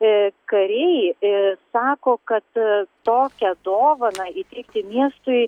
ee kariai ee sako kad aa tokią dovaną įteikti miestui